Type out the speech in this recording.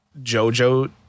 jojo